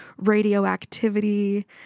radioactivity